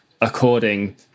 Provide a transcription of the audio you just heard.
according